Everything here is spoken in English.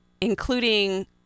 including